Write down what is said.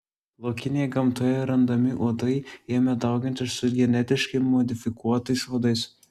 laukinėje gamtoje randami uodai ėmė daugintis su genetiškai modifikuotais uodais